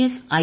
S I